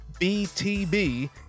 BTB